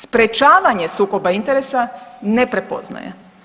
Sprječavanje sukoba interesa ne prepoznaje.